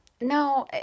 No